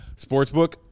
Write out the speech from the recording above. sportsbook